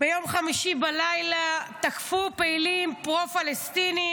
ביום חמישי בלילה תקפו פעילים פרו-פלסטינים